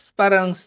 parang